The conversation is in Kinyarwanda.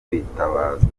kwitabazwa